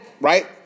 right